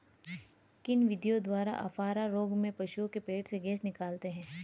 किन विधियों द्वारा अफारा रोग में पशुओं के पेट से गैस निकालते हैं?